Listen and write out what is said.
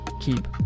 keep